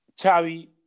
Xavi